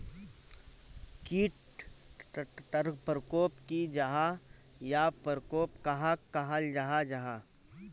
कीट टर परकोप की जाहा या परकोप कहाक कहाल जाहा जाहा?